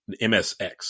MSX